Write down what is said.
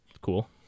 cool